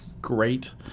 great